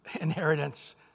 inheritance